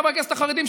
חברי הכנסת החרדים,